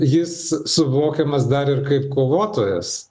jis suvokiamas dar ir kaip kovotojas